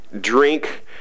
drink